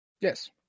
Yes